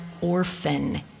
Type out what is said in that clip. orphan